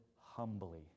humbly